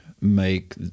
make